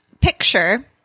picture